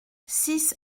six